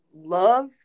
love